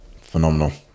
Phenomenal